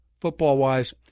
Football-wise